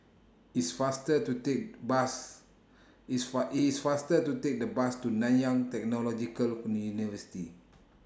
It's faster to Take Bus It's Far IT IS faster to Take The Bus to Nanyang Technological